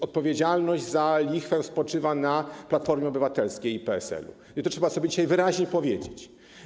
Odpowiedzialność za lichwę spoczywa na Platformie Obywatelskiej i PSL-u, i to trzeba sobie dzisiaj wyraźniej powiedzieć.